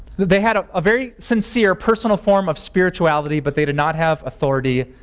they had a ah very sincere personal form of spirituality but they did not have authority